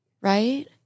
Right